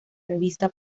revista